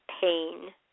pain